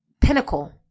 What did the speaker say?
pinnacle